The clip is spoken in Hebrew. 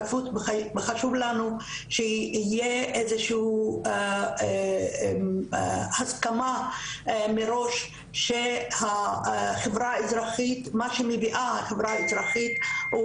וחשוב לנו שתהיה איזושהי הסכמה מראש שמה שמביאה החברה האזרחית,